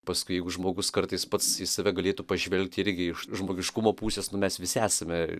paskui jeigu žmogus kartais pats į save galėtų pažvelgti irgi iš žmogiškumo pusės nu mes visi esame